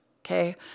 okay